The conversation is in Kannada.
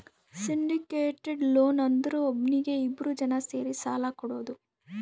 ಸಿಂಡಿಕೇಟೆಡ್ ಲೋನ್ ಅಂದುರ್ ಒಬ್ನೀಗಿ ಇಬ್ರು ಜನಾ ಸೇರಿ ಸಾಲಾ ಕೊಡೋದು